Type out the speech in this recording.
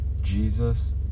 Jesus